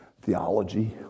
theology